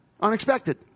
unexpected